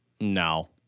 No